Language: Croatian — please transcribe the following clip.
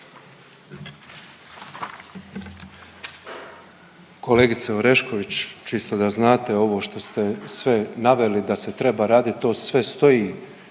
Kolegice Orešković, čisto da znate ovo što ste sve naveli da se treba radit to sve stoji